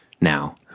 now